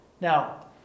Now